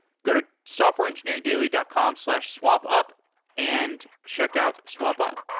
go to softwareengineeringdaily dot com slash swampup and check out swampup